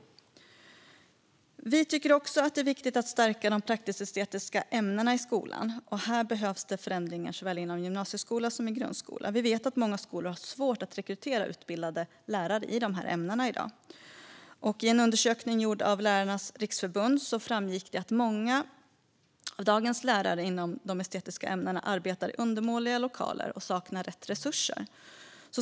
Vi tycker också att det är viktigt att stärka de praktisk-estetiska ämnena i skolan. Här behövs det förändringar inom såväl gymnasieskola som grundskola. Vi vet att många skolor har svårt att rekrytera utbildade lärare i de här ämnena i dag. I en undersökning gjord av Lärarnas riksförbund framgick det att många av dagens lärare inom de estetiska ämnena arbetar i undermåliga lokaler och saknar rätt resurser.